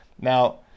now